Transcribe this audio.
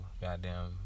goddamn